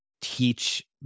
teach